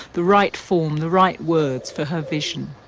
the right form, the right words for her vision.